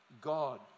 God